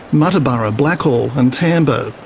muttaburra, blackall and tambo.